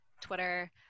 twitter